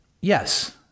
Yes